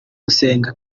gusenga